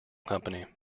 company